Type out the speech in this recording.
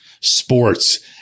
sports